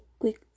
quick